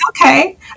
okay